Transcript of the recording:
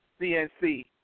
CNC